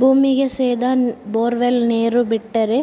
ಭೂಮಿಗೆ ಸೇದಾ ಬೊರ್ವೆಲ್ ನೇರು ಬಿಟ್ಟರೆ